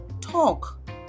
talk